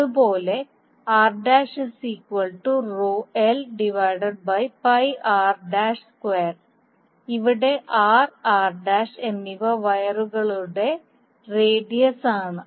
അതുപോലെ ഇവിടെ r r എന്നിവ വയറുകളുടെ റേഡിയസ് ആണ്